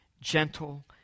gentle